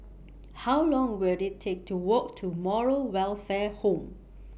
How Long Will IT Take to Walk to Moral Welfare Home